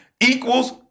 equals